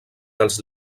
dels